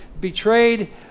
betrayed